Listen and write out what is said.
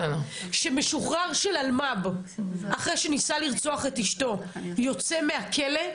כשמשוחרר של אלמ"ב אחרי שניסה לרצוח את אשתו יוצא מהכלא,